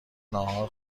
نهار